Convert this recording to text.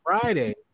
Friday